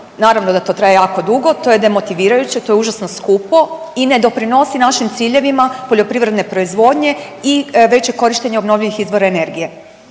Naravno da to traje jako dugo, to je demotivirajuće, to je užasno skupo i ne doprinosi našim ciljevima poljoprivredne proizvodnje i većeg korištenja obnovljivih izvora energije.